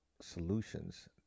solutions